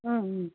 ம் ம்